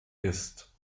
ist